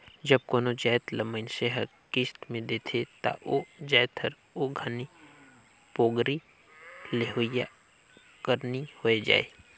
जब कोनो जाएत ल मइनसे हर किस्त में लेथे ता ओ जाएत हर ओ घनी पोगरी लेहोइया कर नी होए जाए